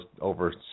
over